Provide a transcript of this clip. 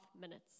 minutes